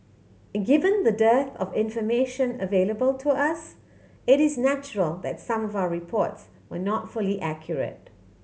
given the dearth of information available to us it is natural that some of our reports were not fully accurate